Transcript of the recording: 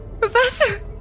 Professor